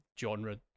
genre